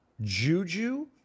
Juju